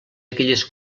aquelles